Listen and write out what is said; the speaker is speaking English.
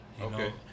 Okay